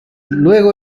luego